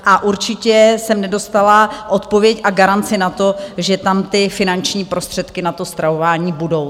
A určitě jsem nedostala odpověď a garanci na to, že tam finanční prostředky na to stravování budou.